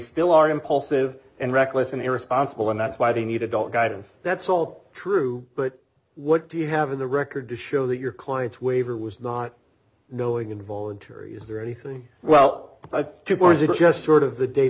still are impulsive and reckless and irresponsible and that's why they need adult guidance that's all true but what do you have in the record to show that your client's waiver was not knowing involuntary is there anything well to boards or just sort of the d